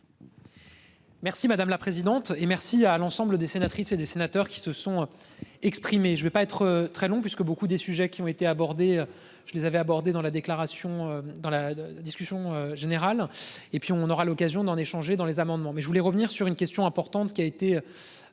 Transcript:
Merci madame la présidente, et merci à à l'ensemble des sénatrices et des sénateurs qui se sont. Exprimés. Je ne veux pas être très long puisque beaucoup des sujets qui ont été abordés. Je les avais abordé dans la déclaration dans la discussion générale et puis on aura l'occasion d'en échanger dans les amendements mais je voulais revenir sur une question importante qui a été.